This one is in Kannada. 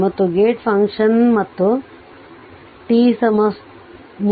ಮತ್ತು ಗೇಟ್ ಫಂಕ್ಷನ್ ಮತ್ತು t 3